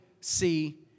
see